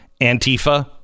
Antifa